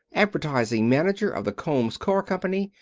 advertising manager of the combs car company.